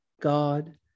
God